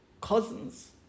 cousins